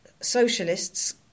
socialists